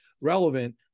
relevant